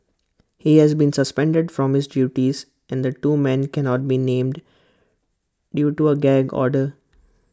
he has been suspended from his duties and the two men cannot be named due to A gag order